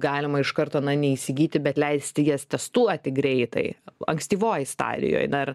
galima iš karto neįsigyti bet leisti jas testuoti greitai ankstyvoj stadijoj dar